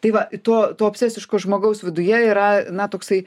tai va to to obsesiško žmogaus viduje yra na toksai